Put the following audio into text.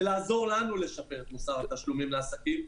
ולעזור לנו לשפר את מוסר התשלומים לעסקים,